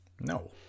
No